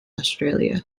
australia